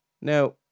Now